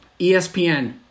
ESPN